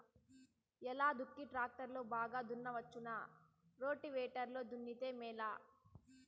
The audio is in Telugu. ఎలా దుక్కి టాక్టర్ లో బాగా దున్నవచ్చునా రోటివేటర్ లో దున్నితే మేలా?